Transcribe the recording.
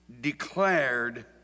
declared